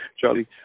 Charlie